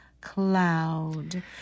cloud